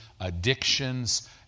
addictions